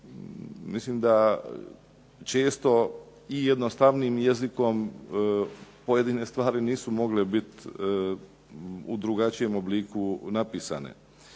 mislim da često i jednostavnijim jezikom pojedine stvari nisu mogle biti u drugačijem obliku biti napisane.